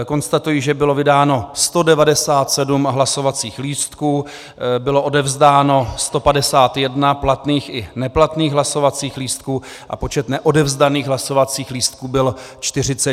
Konstatuji, že bylo vydáno 197 hlasovacích lístků, bylo odevzdáno 151 platných i neplatných hlasovacích lístků a počet neodevzdaných hlasovacích lístků byl 46.